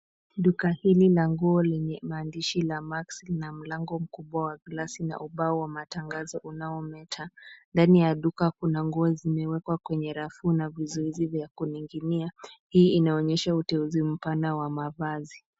Duka hili la nguo lenye maandishi, lamax, na mlango mkubwa wa glasi na ubao wa matangazo unaometa. Ndani ya duka kuna nguo zimewekwa kwenye rafu na viuzuizi vya kuning'inia. Hii inaonyesha uteuzi mpana wa mavazi.